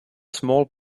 small